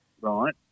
right